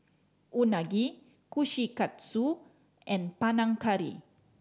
Unagi Kushikatsu and Panang Curry